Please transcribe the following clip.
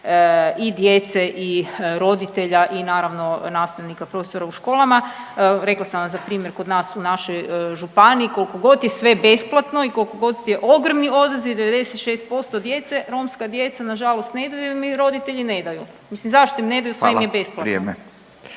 i djece i roditelja i naravno nastavnika profesora u školama. Rekla sam vam za primjer kod nas u našoj županiji, koliko god je sve besplatno i koliko god je ogromni odaziv 96% djece, Romska djeca nažalost ne idu jer im roditelji ne daju. Mislim zašto im ne daju …/Upadica: Hvala, vrijeme./…